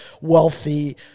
wealthy